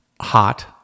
hot